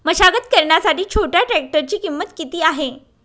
मशागत करण्यासाठी छोट्या ट्रॅक्टरची किंमत किती आहे?